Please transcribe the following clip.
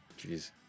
Jeez